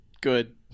good